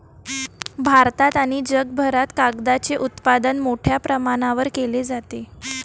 भारतात आणि जगभरात कागदाचे उत्पादन मोठ्या प्रमाणावर केले जाते